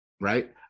right